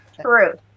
true